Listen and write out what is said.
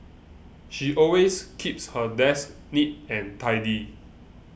she always keeps her desk neat and tidy